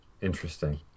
Interesting